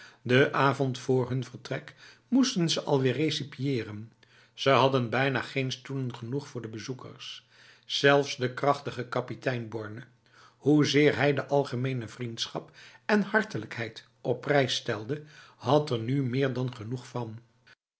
de avond vr hun vertrek moesten ze alweer recipiëren ze hadden bijna geen stoelen genoeg voor de bezoekers zelfs de krachtige kapitein borne hoezeer hij de algemene vriendschap en hartelijkheid op prijs stelde had er nu meer dan genoeg van